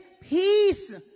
peace